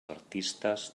artistes